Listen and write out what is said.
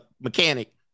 mechanic